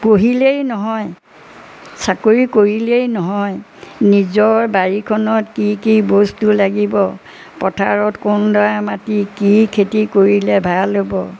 পঢ়িলেই নহয় চাকৰি কৰিলেই নহয় নিজৰ বাৰীখনত কি কি বস্তু লাগিব পথাৰত কোনডৰা মাটি কি খেতি কৰিলে ভাল হ'ব